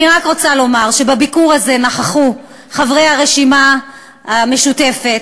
אני רק רוצה לומר שבביקור הזה נכחו חברי הרשימה המשותפת,